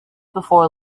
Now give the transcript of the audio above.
before